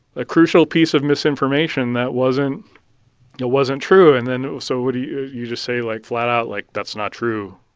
ah crucial piece of misinformation that wasn't yeah wasn't true. and then so what do you you just say, like, flat-out, like, that's not true?